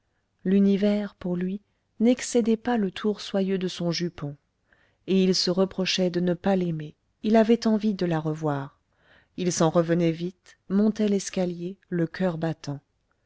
l'univers pour lui n'excédait pas le tour soyeux de son jupon et il se reprochait de ne pas l'aimer il avait envie de la revoir il s'en revenait vite montait l'escalier le coeur battant